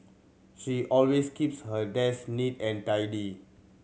she always keeps her desk neat and tidy